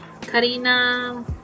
Karina